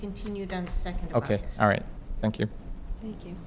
continued on second ok all right thank you thank you